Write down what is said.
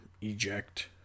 eject